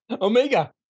Omega